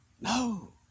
No